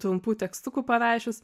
trumpų tekstukų parašius